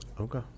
okay